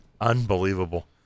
Unbelievable